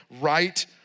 right